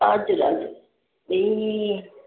हजुर हजुर ए